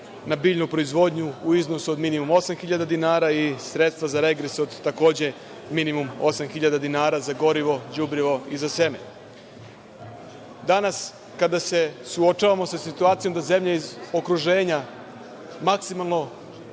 na biljnu proizvodnju u iznosu od minimum 8.000 dinara i sredstva za regres od takođe minimum 8.000 dinara za gorivo, đubrivo i za seme. Danas, kada se suočavamo sa situacijom da zemlje iz okruženja maksimalno